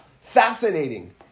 fascinating